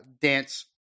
dance